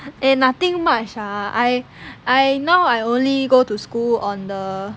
eh nothing much ah I I now I only go to school on the